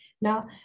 Now